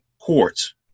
courts